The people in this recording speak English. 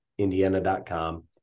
indiana.com